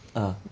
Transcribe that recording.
(uh huh)